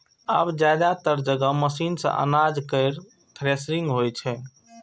आब जादेतर जगह मशीने सं अनाज केर थ्रेसिंग होइ छै